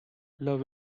love